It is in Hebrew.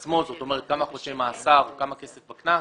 כמה חודשי מאסר וכמה כסף בקנס,